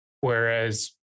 whereas